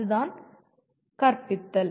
அதுதான் கற்பித்தல்